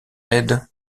aide